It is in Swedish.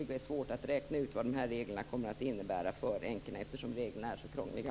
Det blir svårt att räkna ut vad det kommer att innebära för änkorna eftersom reglerna är så krångliga.